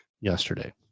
yesterday